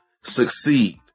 succeed